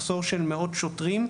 מחסור של מאות שוטרים,